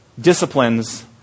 Disciplines